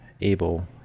able